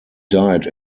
died